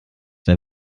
der